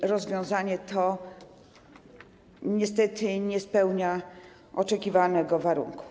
To rozwiązanie niestety nie spełnia oczekiwanego warunku.